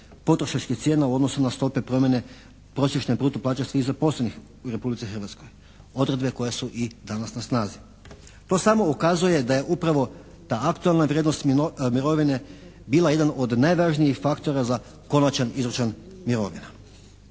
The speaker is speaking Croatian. potrošačkih cijena u odnosu na stope promjene prosječne bruto plaće svih zaposlenih u Republici Hrvatskoj, odredbe koje su i danas na snazi. To samo ukazuje da je upravo ta aktualna vrijednost mirovine bila jedan od najvažnijih faktora za konačan izračun mirovina.